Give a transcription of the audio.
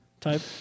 Type